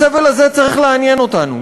הסבל הזה צריך לעניין אותנו,